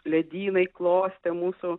ledynai klostė mūsų